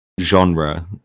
genre